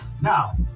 Now